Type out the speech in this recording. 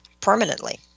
permanently